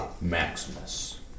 Maximus